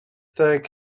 deg